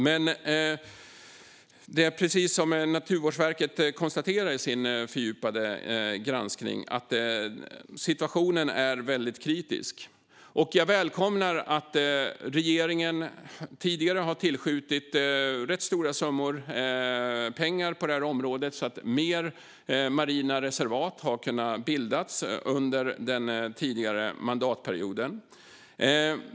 Men precis som Naturvårdsverket konstaterar i sin fördjupade granskning är situationen väldigt kritisk. Jag välkomnar att regeringen tidigare har tillskjutit rätt stora summor pengar på det här området, så att fler marina reservat har kunnat bildas under den tidigare mandatperioden.